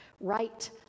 Right